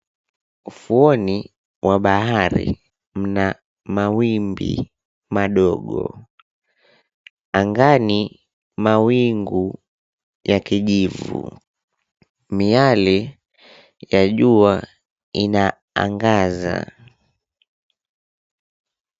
Ufuoni mwa bahari mna mawimbi madogo, angani mawingu ya kijivu miale ya jua inaangaza.